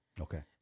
Okay